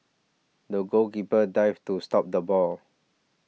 the goalkeeper dived to stop the ball